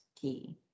key